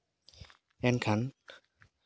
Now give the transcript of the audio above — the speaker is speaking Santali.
ᱮᱱᱠᱷᱟᱱ